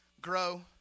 Grow